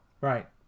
right